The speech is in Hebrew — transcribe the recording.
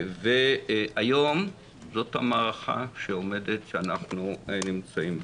היום זאת המערכה שאנחנו נמצאים בה.